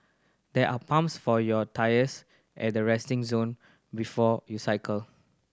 there are pumps for your tyres at the resting zone before you cycle